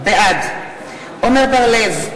בעד עמר בר-לב,